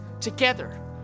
together